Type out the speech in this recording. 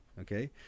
okay